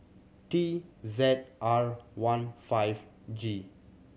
T Z R one five G